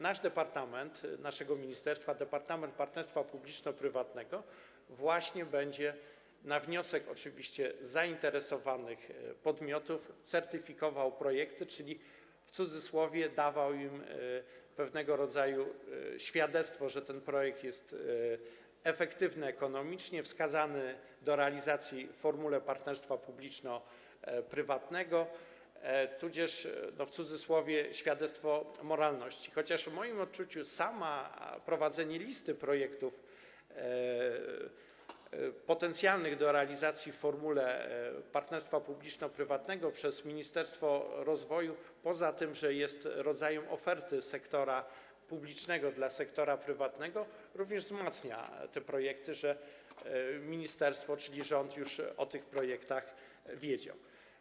Nasz departament w ministerstwie, Departament Partnerstwa Publiczno-Prywatnego, będzie na wniosek zainteresowanych podmiotów certyfikował projekty, czyli dawał im, w cudzysłowie, pewnego rodzaju świadectwo, że ten projekt jest efektywny ekonomicznie, wskazany do realizacji w formule partnerstwa publiczno-porywanego, tudzież, w cudzysłowie, świadectwo moralności, chociaż w moim odczuciu samo prowadzenie listy potencjalnych projektów do realizacji w formule partnerstwa publiczno-prywatnego przez ministerstwo rozwoju, poza tym, że jest rodzajem oferty sektora publicznego dla sektora prywatnego, również wzmacnia te projekty, czyli że ministerstwo, czyli że rząd już o tych projektach wiedział.